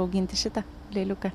auginti šitą lėliuką